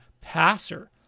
passer